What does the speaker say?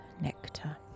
nectar